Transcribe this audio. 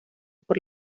por